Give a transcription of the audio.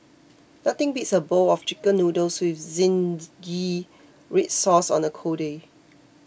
nothing beats a bowl of Chicken Noodles with Zingy Red Sauce on a cold day